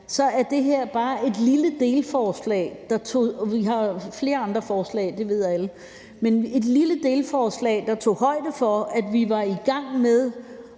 men det her er et lille delforslag, der tager højde for, at vi var i gang med